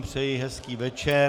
Přeji hezký večer.